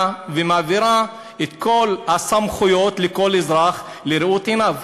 ומעבירה את כל הסמכויות לכל אזרח כראות עיניו.